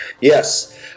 Yes